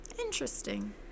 Interesting